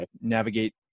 navigate